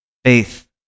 faith